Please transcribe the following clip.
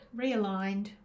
realigned